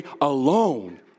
alone